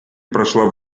прошла